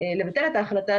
לבטל את ההחלטה.